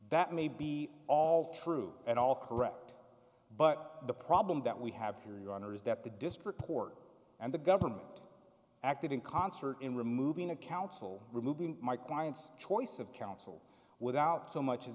that may be all true and all correct but the problem that we have here your honor is that the district court and the government acted in concert in removing a counsel removing my client's choice of counsel without so much